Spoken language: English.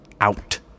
out